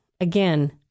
again